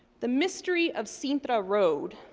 the mystery of cintra road,